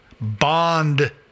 bond